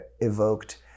evoked